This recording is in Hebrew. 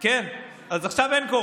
מה גורם לכם, כשאין קורונה,